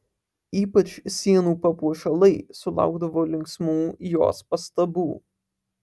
ypač sienų papuošalai sulaukdavo linksmų jos pastabų